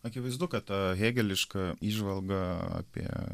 akivaizdu kad ta hėgeliška įžvalga apie